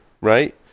right